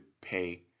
pay